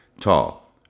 tall